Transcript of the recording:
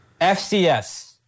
FCS